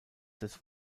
des